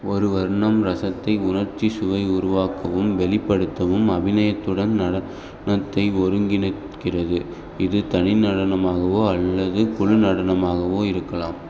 ஒரு வர்ணம் ரசத்தை உணர்ச்சி சுவை உருவாக்கவும் வெளிப்படுத்தவும் அபிநயத்துடன் நட னத்தை ஒருங்கிணைக்கிறது இது தனி நடனமாகவோ அல்லது குழு நடனமாகவோ இருக்கலாம்